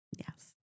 Yes